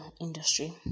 industry